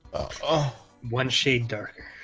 ah one shade dirt